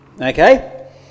Okay